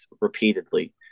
repeatedly